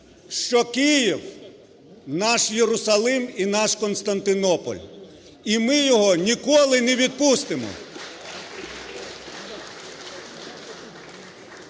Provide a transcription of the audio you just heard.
що Київ – наш Єрусалим і наш Константинополь, і ми його ніколи не відпустимо.